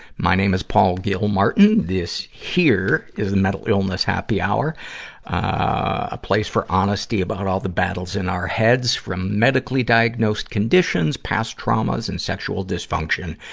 my name is paul gilmartin. this here is the mental illness happy hour a place for honesty about all the battles in our heads, from medically-diagnosed conditions, past traumas, and sexual dysfunction,